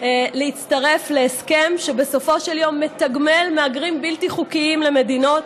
להצטרף להסכם שבסופו של יום מתגמל מהגרים בלתי חוקיים למדינות.